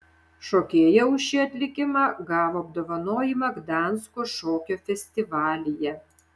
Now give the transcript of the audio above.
šokėja už šį atlikimą gavo apdovanojimą gdansko šokio festivalyje